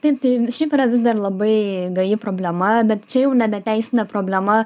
taip tai šiaip yra vis dar labai gaji problema bet čia jau nebe teisinė problema